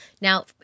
Now